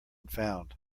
found